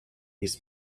his